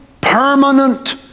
permanent